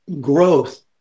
growth